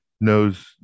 knows